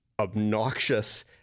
obnoxious